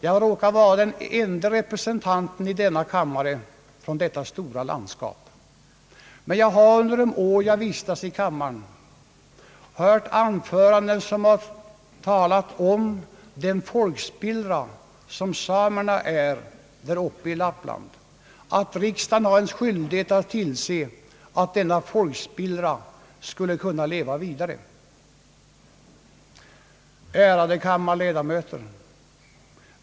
Jag råkar vara den ende representanten i denna kammare från detta stora landskap, men jag har under de år jag vistats i kammaren hört anföranden som har talat om den folkspillra som samerna är däruppe i Lappland och hävdat, att riksdagen har skyldighet att tillse att denna folkspillra skall kunna leva vidare. Ärade kammarledamöter!